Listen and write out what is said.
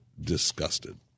disgusted